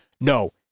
no